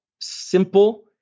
simple